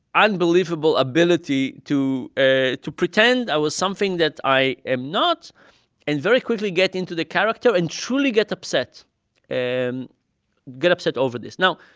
unbelievable ability to ah to pretend i was something that i am not and very quickly get into the character and truly get upset and get upset over this now,